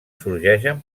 sorgeixen